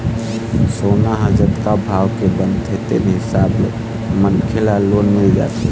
सोना ह जतका भाव के बनथे तेन हिसाब ले मनखे ल लोन मिल जाथे